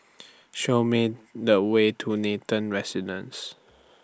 Show Me The Way to Nathan Residences